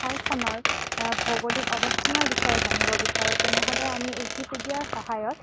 ঠাইখনৰ ভৌগোলিক অৱস্থানৰ বিষয়ে জানিব বিচাৰোঁ তেনেহ'লে আমি উইকিপেডিয়াৰ সহায়ত